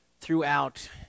throughout